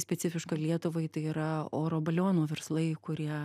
specifiška lietuvai tai yra oro balionų verslai kurie